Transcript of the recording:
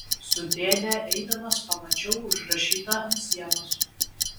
su dėde eidamas pamačiau užrašytą ant sienos